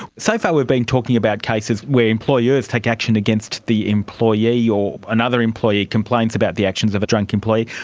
so far we've been talking about cases where employers take action against the employee or another employee complains about the actions of a drunk employee.